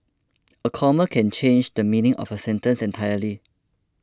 a comma can change the meaning of a sentence entirely